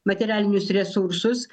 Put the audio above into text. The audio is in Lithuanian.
materialinius resursus